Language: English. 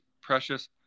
Precious